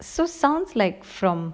so sounds like from